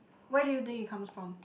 where do you think it comes from